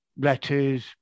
letters